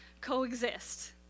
coexist